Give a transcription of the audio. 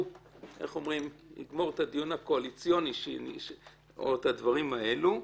הוא יגמור את הדיון הקואליציוני או את הדברים האלו,